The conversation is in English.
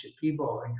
people